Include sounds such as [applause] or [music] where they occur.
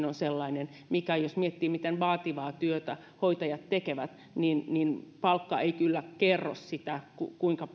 [unintelligible] on siinä kyllä palkkakysymyskin jos miettii miten vaativaa työtä hoitajat tekevät niin niin palkka ei kyllä kerro sitä kuinka [unintelligible]